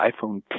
iPhone